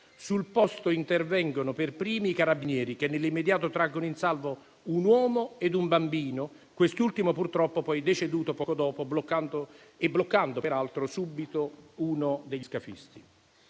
Sul posto intervengono per primi i carabinieri che, nell'immediato, traggono in salvo un uomo e un bambino, (quest'ultimo purtroppo deceduto poco dopo) bloccando subito uno degli scafisti.